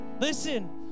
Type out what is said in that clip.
Listen